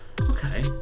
okay